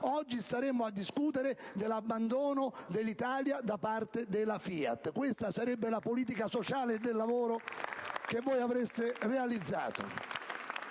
Oggi staremmo a discutere dell'abbandono dell'Italia da parte della Fiat. Questa sarebbe la politica sociale e del lavoro che avreste realizzato.